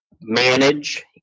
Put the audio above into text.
manage